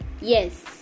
Yes